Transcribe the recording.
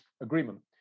agreement